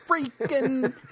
Freaking